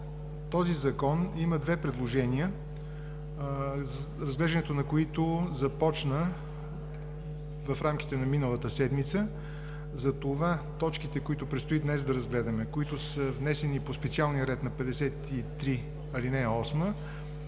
този Закон има две предложения, разглеждането на които започна в рамките на миналата седмица. Затова точките, които предстои днес да разгледаме, които са внесени по специалния ред на чл. 53, ал. 8,